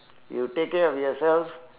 you take care of yourself